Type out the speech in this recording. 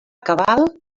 cabal